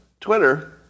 Twitter